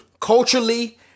culturally